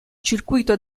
circuito